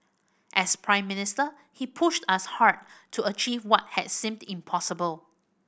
as Prime Minister he pushed us hard to achieve what had seemed impossible